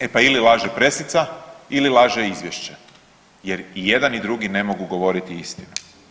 E pa, ili laže presica ili laže Izvješće, jer i jedan i drugi ne mogu govoriti istinu.